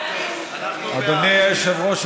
אדוני היושב-ראש,